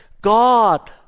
God